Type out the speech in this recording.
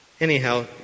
Anyhow